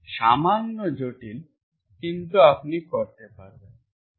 সামান্য জটিল কিন্তু আপনি করতে পারেন